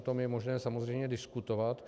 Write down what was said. O tom je možné samozřejmě diskutovat.